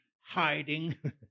hiding